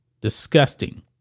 Disgusting